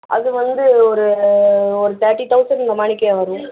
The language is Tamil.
அது வந்து ஒரு ஒரு தேர்ட்டி தௌசண்ட் இந்த மனிக்கே வரும்